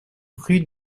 rue